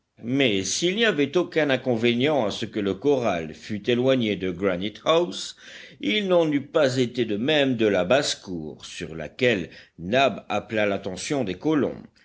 mais s'il n'y avait aucun inconvénient à ce que le corral fût éloigné de granite house il n'en eût pas été de même de la bassecour sur laquelle nab appela l'attention des colons